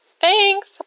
thanks